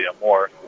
more